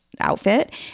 outfit